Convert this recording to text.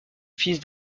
fils